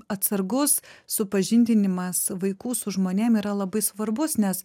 atsargus supažindinimas vaikų su žmonėm yra labai svarbus nes